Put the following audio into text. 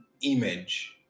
image